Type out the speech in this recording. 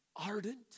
Ardent